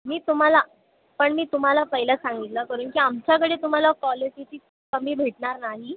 मी तुम्हाला पण मी तुम्हाला पहिलं सांगितलं कारण की आमच्याकडे तुम्हाला कॉलिटीची कमी भेटणार नाही